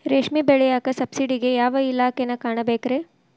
ರೇಷ್ಮಿ ಬೆಳಿಯಾಕ ಸಬ್ಸಿಡಿಗೆ ಯಾವ ಇಲಾಖೆನ ಕಾಣಬೇಕ್ರೇ?